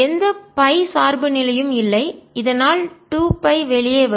எந்த பை சார்புநிலையும் இல்லை இதனால் 2 பை வெளியே வரும்